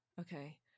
Okay